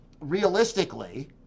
realistically